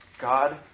God